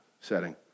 setting